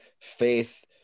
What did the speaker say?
faith